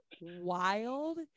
wild